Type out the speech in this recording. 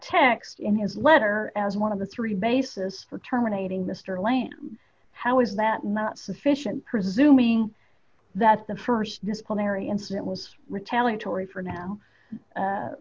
text in his letter as one of the three bases for terminating mr lane how is that not sufficient presuming that the st disciplinary incident was retaliatory for now